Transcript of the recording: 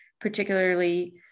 particularly